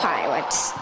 Pilots